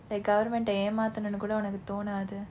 government de martin and go down at the tone are there